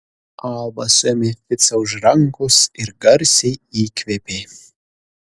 alba suėmė ficą už rankos ir garsiai įkvėpė